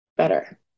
Better